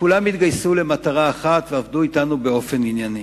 שכולם התגייסו למטרה אחת ועבדו אתנו באופן ענייני.